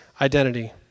identity